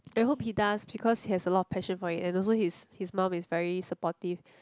i hope he does because he has a lot of passion for it and also his his mum is very supportive